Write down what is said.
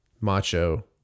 macho